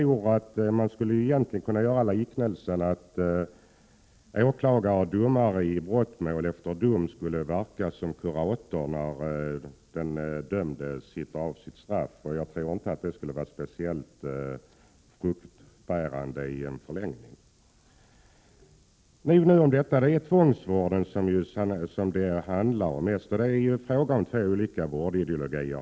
Man skulle kunna göra en liknelse med att åklagare och domare i brottmål efter dom skulle verka som kuratorer, medan den dömde sitter av sitt straff. Jag tror inte att det i förlängningen skulle vara speciellt fruktbärande. Det är här fråga om tvångsvård, och det finns på detta område två olika vårdideologier.